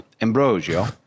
Ambrosio